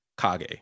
Kage